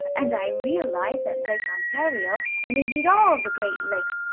and i realized that lake ontario, and indeed all the great lakes,